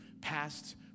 past